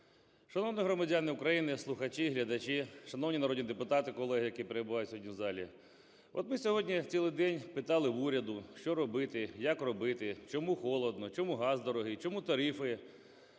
Шановні громадяни України, слухачі, глядачі! Шановні народні депутати, колеги, які перебувають сьогодні в залі! От ми сьогодні цілий день питали в уряду, що робити, як робити, чому холодно, чому газ дорогий, чому тарифи